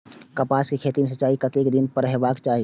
कपास के खेती में सिंचाई कतेक दिन पर हेबाक चाही?